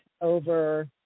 over